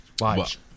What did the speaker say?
Watch